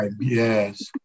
yes